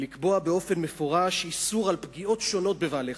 ולקבוע באופן מפורש איסור של פגיעות שונות בבעלי-חיים.